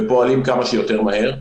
ופועלים כמה שיותר מהר.